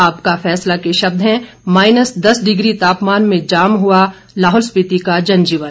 आपका फैसला के शब्द हैं माइनस दस डिग्री तापमान में जाम हुआ लाहुल स्पीति का जनजीवन